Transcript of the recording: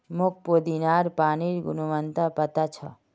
मोक पुदीनार पानिर गुणवत्ता पता छ